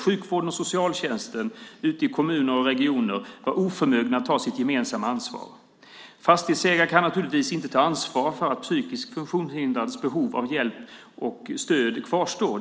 Sjukvården och socialtjänsten ute i kommuner och regioner var oförmögna att ta sitt gemensamma ansvar. Fastighetsägare kan naturligtvis inte ta ansvar för att psykiskt funktionshindrades behov av stöd och hjälp kvarstår.